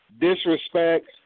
disrespect